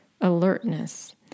alertness